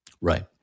right